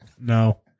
No